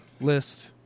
list